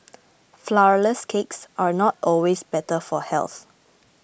Flourless Cakes are not always better for health